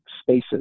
spaces